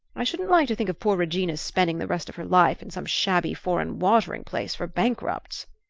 i shouldn't like to think of poor regina's spending the rest of her life in some shabby foreign watering-place for bankrupts.